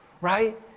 right